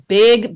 big